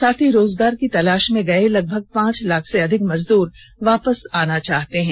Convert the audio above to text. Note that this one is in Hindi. साथ ही रोजगार की तलाष में गये लगभग पांच लाख से अधिक मजदूर वापस आना चाहते हैं